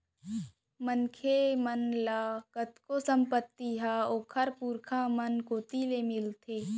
मनखे मन ल कतको संपत्ति ह ओखर पुरखा मन कोती ले मिलथे